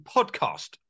Podcast